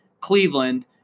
Cleveland